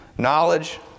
knowledge